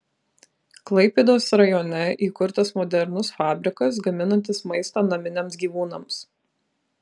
klaipėdos rajone įkurtas modernus fabrikas gaminantis maistą naminiams gyvūnams